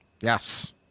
yes